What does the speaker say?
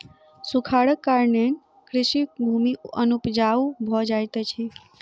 सूखाड़क कारणेँ कृषि भूमि अनुपजाऊ भ जाइत अछि